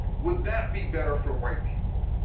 would that be better for white people?